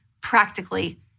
practically